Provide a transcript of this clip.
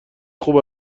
خوب